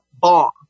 bomb